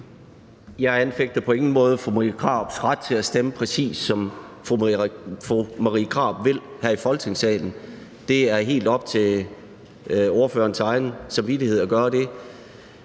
Jeg anfægter på ingen måde fru Marie Krarups ret til at stemme, præcis som hun vil her i Folketingssalen – det er helt op til ordførerens egen samvittighed at gøre det.